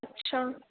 اچھا